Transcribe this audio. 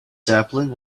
sapling